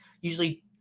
usually